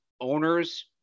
owners